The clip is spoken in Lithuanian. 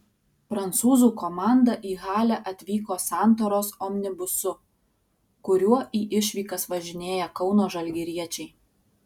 prancūzų komanda į halę atvyko santaros omnibusu kuriuo į išvykas važinėja kauno žalgiriečiai